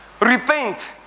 Repent